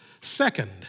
Second